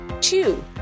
Two